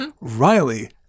Riley